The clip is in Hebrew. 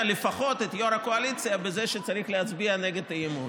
לפחות את יו"ר הקואליציה בזה שצריך להצביע נגד האי-אמון.